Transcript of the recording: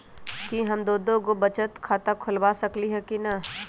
कि हम दो दो गो बचत खाता खोलबा सकली ह की न?